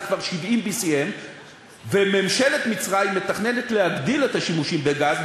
וזה כבר 70 BCM. מממשלת מצרים מתכננת להגדיל את השימושים בגז,